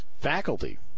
faculty